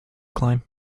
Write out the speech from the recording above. climb